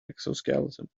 exoskeleton